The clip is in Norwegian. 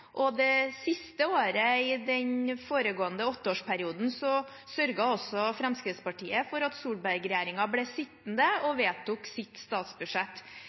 og det siste året i den foregående åtteårsperioden sørget Fremskrittspartiet for at Solberg-regjeringen ble sittende og fikk vedtatt sitt statsbudsjett.